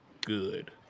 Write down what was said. Good